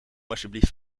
alsjeblieft